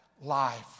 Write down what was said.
life